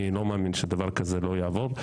אני לא מאמין שדבר כזה לא יעבור.